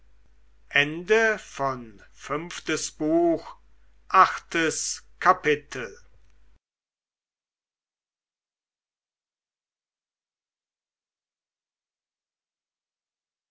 fünftes buch erstes kapitel